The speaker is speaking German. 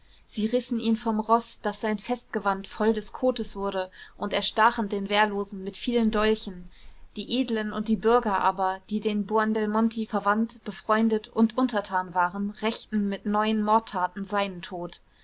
sie rissen ihn vom roß daß sein festgewand voll des kotes wurde und erstachen den wehrlosen mit vielen dolchen die edlen und die bürger aber die den buondelmonti verwandt befreundet und untertan waren rächten mit neuen mordtaten seinen tod